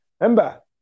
remember